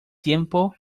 tiempo